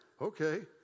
Okay